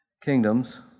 kingdoms